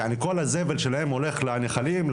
כל הזבל שלהם הולך לנחלים,